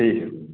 ठीक है